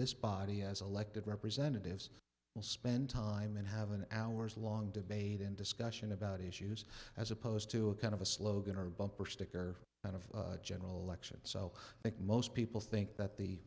this body has elected representatives will spend time and have an hour's long debate and discussion about issues as opposed to a kind of a slogan or a bumper sticker kind of general election so i think most people think that the